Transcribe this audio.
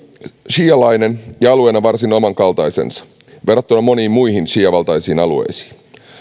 siialainen ja alueena varsin omankaltaisensa verrattuna moniin muihin siia valtaisiin alueisiin